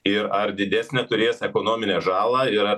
ir ar didesnę turės ekonominę žalą ir ar